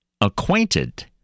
acquainted